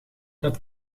dat